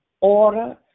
order